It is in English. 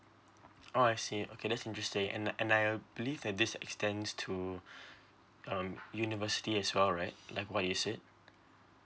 oh I see okay that's interesting and uh and I believe that this extends to um university as well right like why is it